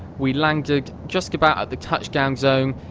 we landed just about at the touchdown zone.